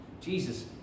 Jesus